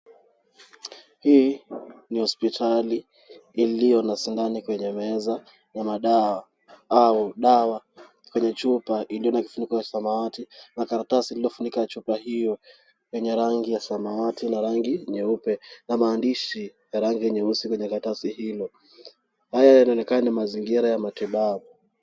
Hii ni hospitali iliyo na sindano kwenye meza na madawa au dawa kwenye chupa iliyo na kifuniko ya samawati . Makaratasi iliyofunika chupa hiyo yenye rangi ya samawati na rangi nyeupe na maandishi ya rangi nyeusi kwenye karatasi hilo. Haya yanaonekana ni mazingira ya matibabu.